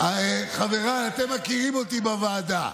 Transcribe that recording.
חבריי, אתם מכירים אותי מהוועדה.